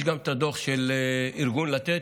יש גם את הדוח של ארגון לתת,